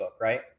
right